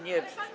Nie.